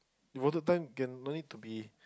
you rather time can don't need to be